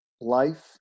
life